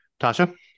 Tasha